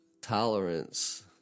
tolerance